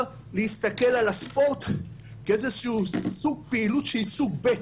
להסתכל על הספורט כאיזשהו סוג פעילות שהיא סוג ב'